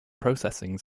processing